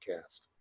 cast